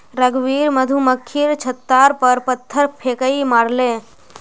रघुवीर मधुमक्खीर छततार पर पत्थर फेकई मारले